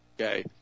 Okay